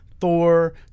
Thor